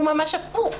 הוא ממש הפוך.